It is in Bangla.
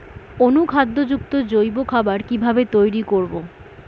অনুখাদ্য যুক্ত জৈব খাবার কিভাবে তৈরি করব?